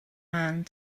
hand